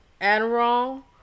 Adderall